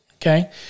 Okay